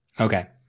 Okay